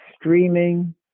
streaming